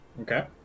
Okay